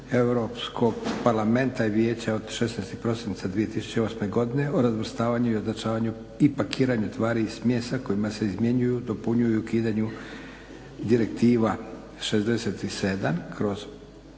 Europskog parlamenta i Vijeća od 16. prosinca 2008. o razvrstavanju, označavanju i pakiranju tvari i smjesa, kojom se izmjenjuju, dopunjuju i ukidaju Direktiva